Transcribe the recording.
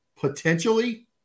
potentially